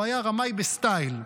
הוא היה רמאי בסטייל.